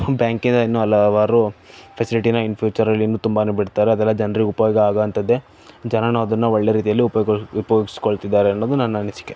ಬ್ಯಾಂಕಿನ ಇನ್ನೂ ಹಲವಾರು ಫೆಸಿಲಿಟಿನ ಇನ್ನೂ ಫ್ಯೂಚರಲ್ಲಿ ಇನ್ನೂ ತುಂಬನೇ ಬಿಡ್ತಾರೆ ಅದೆಲ್ಲ ಜನರಿಗೆ ಉಪಯೋಗ ಆಗುವಂಥದ್ದೇ ಜನನೂ ಅದ ಒಳ್ಳೆ ರೀತಿಯಲ್ಲಿ ಉಪಯೋಗ ಉಪ್ಯೋಗಿಸಿಕೊಳ್ತಿದ್ದಾರೆ ಅನ್ನೋದು ನನ್ನ ಅನಿಸಿಕೆ